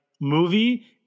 movie